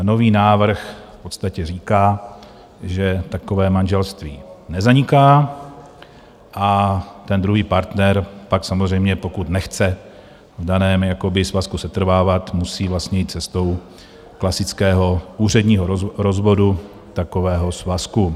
Nový návrh v podstatě říká, že takové manželství nezaniká, a ten druhý partner pak samozřejmě, pokud nechce v daném svazku setrvávat, musí vlastně jít cestou klasického úředního rozvodu takového svazku.